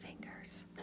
fingers